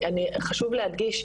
חשוב להדגיש,